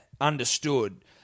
understood